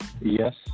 Yes